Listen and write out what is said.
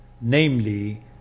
namely